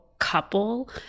couple